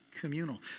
communal